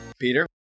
Peter